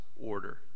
order